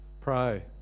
Pray